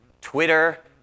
Twitter